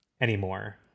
anymore